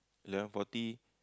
eleven forty